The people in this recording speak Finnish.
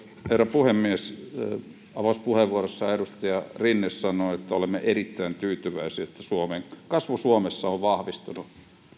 puhemies avauspuheenvuorossa edustaja rinne sanoi että olemme erittäin tyytyväisiä että kasvu suomessa on vahvistunut